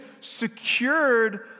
secured